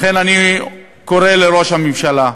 לכן אני קורא לראש הממשלה,